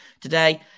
today